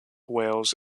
wales